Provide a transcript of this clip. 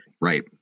right